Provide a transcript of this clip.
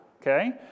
okay